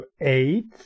eight